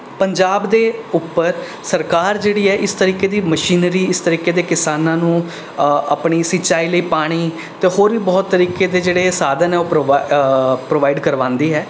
ਪੰਜਾਬ ਦੇ ਉੱਪਰ ਸਰਕਾਰ ਜਿਹੜੀ ਹੈ ਇਸ ਤਰੀਕੇ ਦੀ ਮਸ਼ੀਨਰੀ ਇਸ ਤਰੀਕੇ ਦੇ ਕਿਸਾਨਾਂ ਨੂੰ ਆਪਣੀ ਸਿੰਚਾਈ ਲਈ ਪਾਣੀ ਅਤੇ ਹੋਰ ਵੀ ਬਹੁਤ ਤਰੀਕੇ ਦੇ ਜਿਹੜੇ ਸਾਧਨ ਹੈ ਉਹ ਪ੍ਰੋਵਾ ਪ੍ਰੋਵਾਈਡ ਕਰਵਾਉਂਦੀ ਹੈ